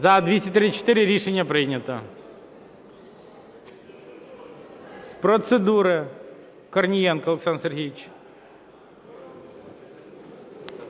За-234 Рішення прийнято. З процедури – Корнієнко Олександр Сергійович.